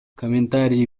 комментарий